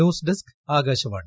news desk Akashvani